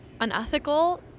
unethical